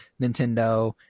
Nintendo